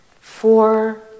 Four